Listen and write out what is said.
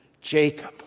Jacob